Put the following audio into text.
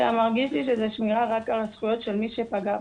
מרגיש לי שזה שמירה רק על הזכויות של מי שפגע בי.